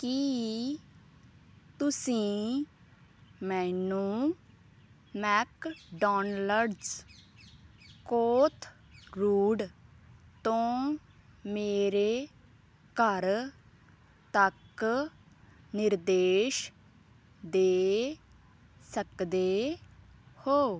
ਕੀ ਤੁਸੀਂ ਮੈਨੂੰ ਮੈਕਡੋਨਲਡਜ਼ ਕੋਥਰੂਡ ਤੋਂ ਮੇਰੇ ਘਰ ਤੱਕ ਨਿਰਦੇਸ਼ ਦੇ ਸਕਦੇ ਹੋ